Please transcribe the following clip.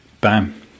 bam